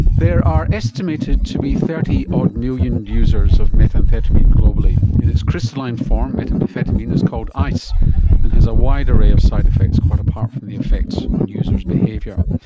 there are estimated to be thirty odd million users of methamphetamine globally. in its crystalline form, methamphetamine is called ice and has a wide array of side-effects quite apart from the effects on a user's behaviour.